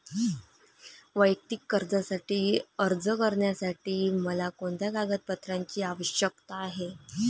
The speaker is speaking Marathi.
वैयक्तिक कर्जासाठी अर्ज करण्यासाठी मला कोणत्या कागदपत्रांची आवश्यकता आहे?